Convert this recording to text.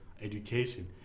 education